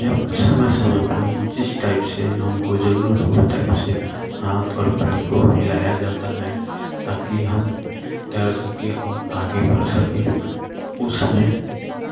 जब समय समय पर जिस टाइप से हमको ज़रूरत होता है उसे हाथ और पैर को हिलाया जाता है ताकि हम तैर सकें और आगे बढ़ सकें उसमें